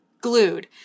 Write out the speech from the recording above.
glued